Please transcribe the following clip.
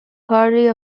party